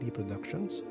Productions